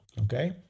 Okay